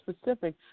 specific